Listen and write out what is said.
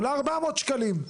עולה 400 שקלים.